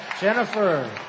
Jennifer